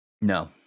no